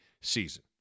season